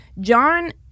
John